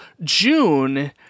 June